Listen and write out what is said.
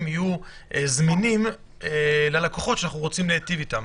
יהיו זמינים ללקוחות שאנחנו רוצים להיטיב איתם.